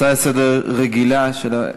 הצעה רגילה לסדר-היום,